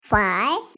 Five